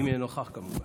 אם יהיה נוכח, כמובן.